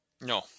no